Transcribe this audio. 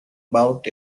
about